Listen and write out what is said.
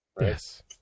Yes